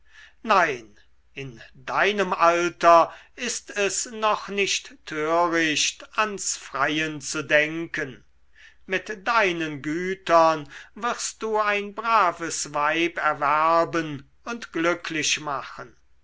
nein in deinem alter ist es noch nicht töricht ans freien zu denken mit deinen gütern wirst du ein braves weib erwerben und glücklich machen